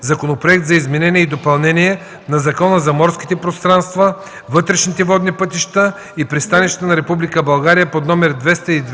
Законопроект за изменение и допълнение на Закона за морските пространства, вътрешните водни пътища и пристанищата на Република България,